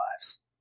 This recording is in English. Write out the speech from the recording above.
lives